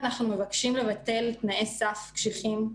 אנחנו מבקשים לבטל תנאי סף קשיחים,